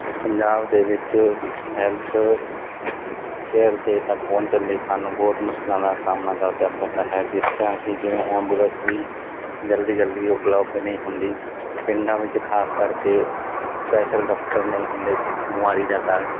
ਪੰਜਾਬ ਦੇ ਵਿੱਚ health care 'ਤੇ ਤੱਕ ਪਹੁੰਚਣ ਲਈ ਸਾਨੂੰ ਬਹੁਤ ਮੁਸ਼ਕਿਲਾਂ ਦਾ ਸਾਹਮਣਾ ਕਰਨਾ ਪੈਂਦਾ ਹੈ ਜਿਸ ਤਰ੍ਹਾਂ ਕਿ ਜਿਵੇਂ ਐਂਬੂਲੈਂਸ ਵੀ ਜਲਦੀ ਜਲਦੀ ਉਪਲਬਧ ਨਹੀਂ ਹੁੰਦੀ ਪਿੰਡਾਂ ਵਿੱਚ ਖਾਸ ਕਰਕੇ ਸਪੈਸ਼ਲ ਡਾਕਟਰ ਨਹੀਂ ਹੁੰਦੇ ਜਿਸ ਬਿਮਾਰੀ ਦਾ ਕਾਰਨ